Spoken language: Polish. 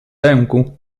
ręku